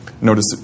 Notice